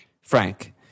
Frank